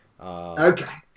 Okay